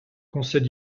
concède